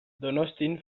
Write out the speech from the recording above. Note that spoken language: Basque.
donostian